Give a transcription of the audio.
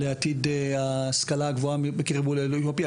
לעתיד ההשכלה הגבוהה בקרב עולי אתיופיה,